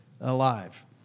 alive